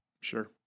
Sure